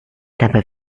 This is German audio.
dabei